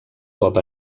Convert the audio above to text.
cop